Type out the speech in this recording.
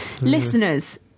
Listeners